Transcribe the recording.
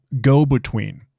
go-between